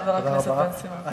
חבר הכנסת בן-סימון.